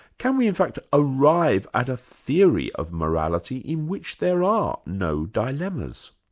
can we in fact arrive at a theory of morality in which there are no dilemmas?